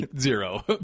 Zero